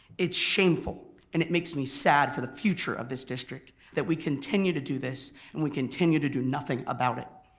it's shameful and it makes me sad for the future of this district that we continue to do this and we continue to do nothing about it.